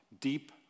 deep